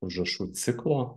užrašų ciklo